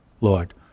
Lord